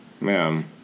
Man